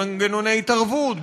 במנגנוני התערבות,